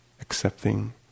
accepting